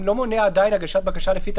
להם יש עניין להביא לי,